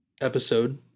episode